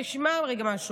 תשמע רגע משהו,